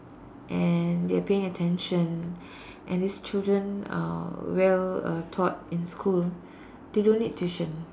and they are paying attention and these children are well uh taught in school they don't need tuition